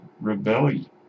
rebellion